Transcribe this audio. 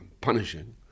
punishing